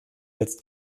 jetzt